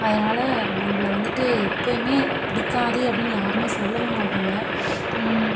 அதனால் அவங்களை வந்துட்டு எப்பயுமே பிடிக்காது அப்படின்னு யாருமே சொல்லவே மாட்டாங்க